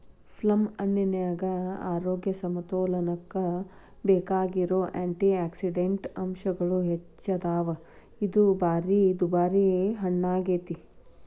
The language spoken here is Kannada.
ಪ್ಲಮ್ಹಣ್ಣಿನ್ಯಾಗ ಆರೋಗ್ಯ ಸಮತೋಲನಕ್ಕ ಬೇಕಾಗಿರೋ ಆ್ಯಂಟಿಯಾಕ್ಸಿಡಂಟ್ ಅಂಶಗಳು ಹೆಚ್ಚದಾವ, ಇದು ಬಾಳ ದುಬಾರಿ ಹಣ್ಣಾಗೇತಿ